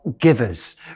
givers